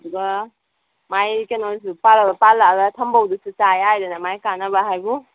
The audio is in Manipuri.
ꯑꯗꯨꯒ ꯃꯥꯏ ꯀꯩꯅꯣꯁꯨ ꯄꯥꯜꯂꯛꯂꯒ ꯊꯝꯕꯧꯗꯨꯁꯨ ꯆꯥ ꯌꯥꯏꯗꯅ ꯀꯥꯟꯅꯕ ꯍꯥꯏꯕꯨ